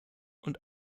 und